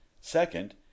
Second